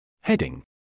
Heading